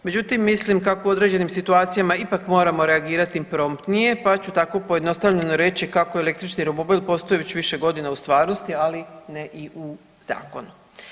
Međutim, mislim kako u određenim situacijama ipak moramo reagirati promptnije, pa ću tako pojednostavljeno reći kako električni romobil postoji već više godina u stvarnosti, ali ne i u zakonu.